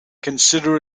consider